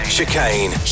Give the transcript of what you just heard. Chicane